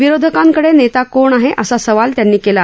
विरोधकांकडे नेता कोण आहे असा सवाल त्यांनी केला